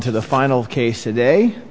to the final case today